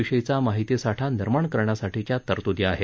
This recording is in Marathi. विषयीचा माहितीसाठा निर्माण करण्यासाठीच्या तरतुदी आहेत